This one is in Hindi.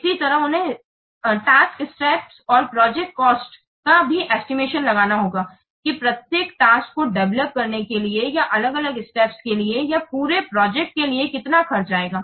इसी तरह उन्हें टास्क स्टेप और प्रोजेक्ट कॉस्ट का भी एस्टिमेशन लगाना होगा कि प्रत्येक टास्क को डेवलप करने के लिए या अलग अलग स्टेप के लिए या पूरे प्रोजेक्ट के लिए कितना खर्च आएगा